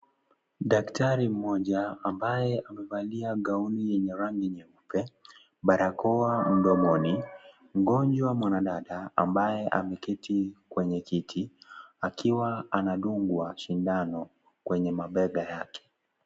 Daktari mmoja, ambaye amevalia gauni yenye rangi nyeupe, barakoa mdomoni ,mgonjwa mwanadada, ambaye ameketi kwenye kiti ,akiwa anadungwa shindano, kwenye mabega yake.